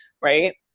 right